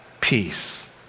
peace